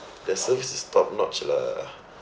their service is top notch lah